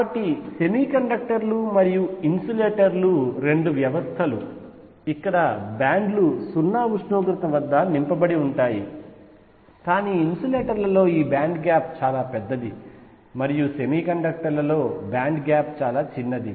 కాబట్టి సెమీకండక్టర్లు మరియు ఇన్సులేటర్లు రెండు వ్యవస్థలు ఇక్కడ బ్యాండ్లు 0 ఉష్ణోగ్రత వద్ద నింపబడి ఉంటాయి కానీ ఇన్సులేటర్లలో బ్యాండ్ గ్యాప్ చాలా పెద్దది మరియు సెమీకండక్టర్లలో బ్యాండ్ గ్యాప్ చిన్నది